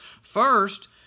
First